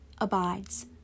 abides